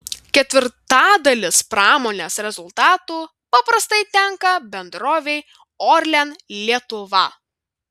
ketvirtadalis pramonės rezultatų paprastai tenka bendrovei orlen lietuva